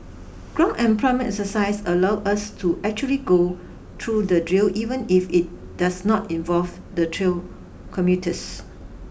ground employment exercise allow us to actually go through the drill even if it does not involve the trail commuters